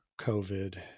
COVID